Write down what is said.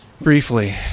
Briefly